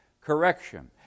correction